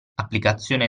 applicazione